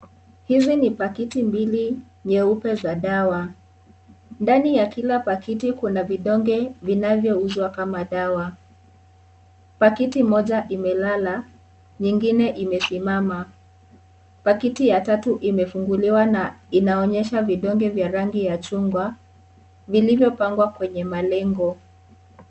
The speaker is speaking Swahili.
Hizi ni pakiti mbili nyeupe za dawa. Ndani ya kila pakiti kuna vidonge vinavyouzwe kama dawa. Pakiti moja imelala, nyingine imesimama ,pakiti ya tatu imefunguliwa na inaonyesha vidonge vya rangi ya chungwa vilivyo pangwa kwenye malengo.